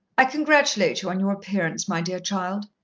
i congratulate you on your appearance, my dear child.